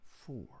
four